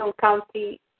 County